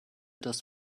das